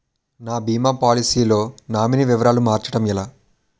నా భీమా పోలసీ లో నామినీ వివరాలు మార్చటం ఎలా?